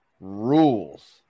rules